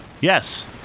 yes